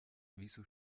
wieso